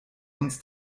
uns